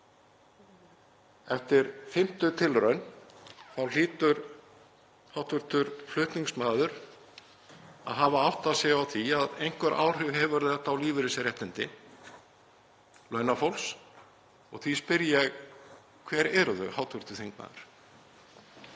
Eftir fimmtu tilraun þá hlýtur hv. flutningsmaður að hafa áttað sig á því að einhver áhrif hefur þetta á lífeyrisréttindi launafólks. Því spyr ég: Hver eru þau, hv. þingmaður?